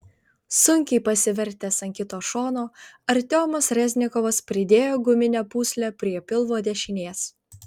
sunkiai pasivertęs ant kito šono artiomas reznikovas pridėjo guminę pūslę prie pilvo dešinės